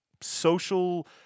social